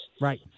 Right